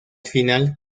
final